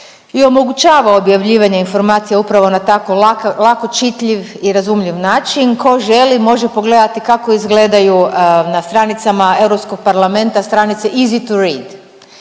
i omogućava objavljivanje informacija upravo na tako lako čitljiv i razumljiv način, ko želi može pogledati kako izgledaju na stranicama Europskog parlamenta, stanici…/Govornik